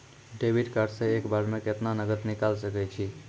Debit card से एक बार मे केतना नगद निकाल सके छी?